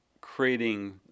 creating